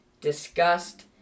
disgust